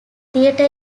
theatre